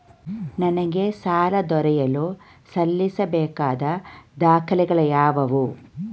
ನನಗೆ ಸಾಲ ದೊರೆಯಲು ಸಲ್ಲಿಸಬೇಕಾದ ದಾಖಲೆಗಳಾವವು?